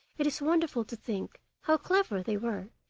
it is wonderful to think how clever they were,